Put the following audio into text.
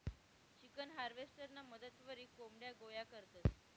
chicken हार्वेस्टरना मदतवरी कोंबड्या गोया करतंस